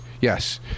Yes